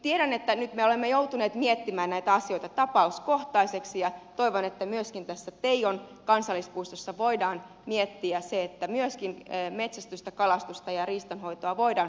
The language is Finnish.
tiedän että nyt me olemme joutuneet miettimään näitä asioita tapauskohtaisesti ja toivon että myöskin tässä teijon kansallispuiston kohdalla voidaan miettiä sitä että myöskin metsästystä kalastusta ja riistanhoitoa voidaan suorittaa tällä alueella